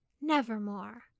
nevermore